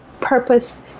purpose